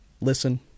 listen